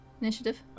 initiative